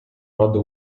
ради